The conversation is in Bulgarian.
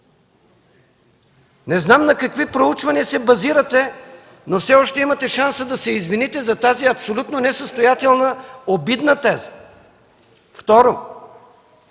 Не знам на какви проучвания се базирате, но все още имате шанса да се извините за тази абсолютно несъстоятелна, обидна теза. Второ,